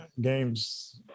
games